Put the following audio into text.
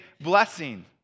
blessing